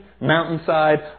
mountainside